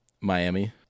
Miami